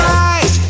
right